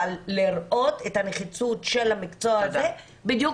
אבל לראות את הנחיצות של המקצוע הזה בדיוק